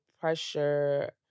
pressure